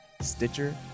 Stitcher